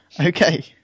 Okay